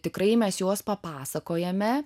tikrai mes juos papasakojame